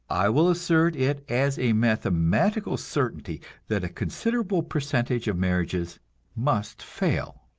i will assert it as a mathematical certainty that a considerable percentage of marriages must fail.